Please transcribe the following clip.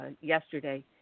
yesterday